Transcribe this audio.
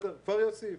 יישוב